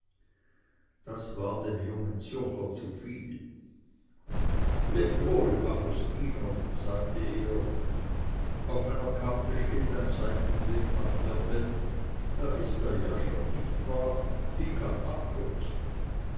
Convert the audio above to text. das war dem jungen zürcher zu viel lebt wohl agostino sagte er auf meiner karte steht ein seitenweg nach berbenn da ist er ja schon nicht wahr ich kann abkürzen